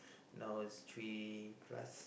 now is three plus